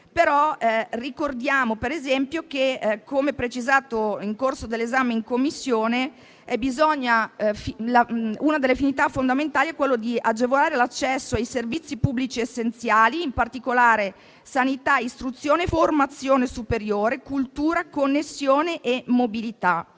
legge. Ricordiamo però che - come precisato nel corso dell'esame in Commissione - una delle finalità fondamentali è agevolare l'accesso ai servizi pubblici essenziali, in particolare sanità, istruzione, formazione superiore, cultura, connessione e mobilità;